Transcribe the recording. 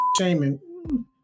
shaming